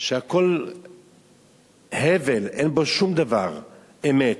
שהכול הבל, אין בו שום דבר אמת.